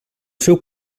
seu